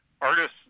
artists